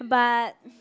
but